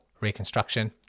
reconstruction